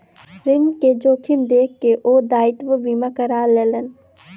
ऋण के जोखिम देख के ओ दायित्व बीमा करा लेलैन